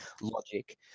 logic